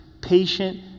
patient